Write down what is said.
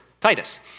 Titus